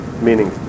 meaning